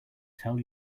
tell